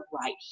right